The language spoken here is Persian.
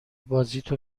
بازیتو